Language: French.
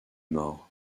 mort